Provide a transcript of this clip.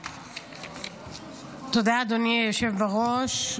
תודה, אדוני היושב בראש.